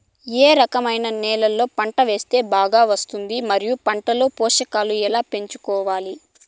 ఏ రకమైన నేలలో పంట వేస్తే బాగా వస్తుంది? మరియు పంట లో పోషకాలు ఎలా పెంచుకోవాలి?